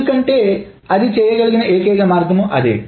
ఎందుకంటే అది చేయగలిగే ఏకైక మార్గం అదే